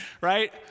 right